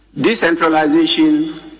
Decentralization